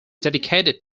dedicated